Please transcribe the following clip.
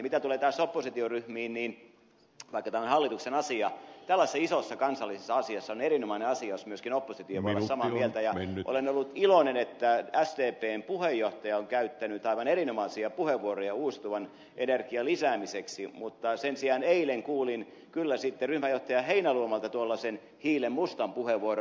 mitä tulee taas oppositioryhmiin niin vaikka tämä on hallituksen asia tällaisessa isossa kansallisessa asiassa on erinomainen asia jos myöskin oppositio voi olla samaa mieltä ja olen ollut iloinen että sdpn puheenjohtaja on käyttänyt aivan erinomaisia puheenvuoroja uusiutuvan energian lisäämiseksi mutta sen sijaan eilen kuulin kyllä sitten ryhmänjohtaja heinäluomalta tuollaisen hiilenmustan puheenvuoron